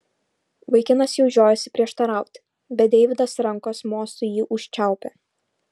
vaikinas jau žiojosi prieštarauti bet deividas rankos mostu jį užčiaupė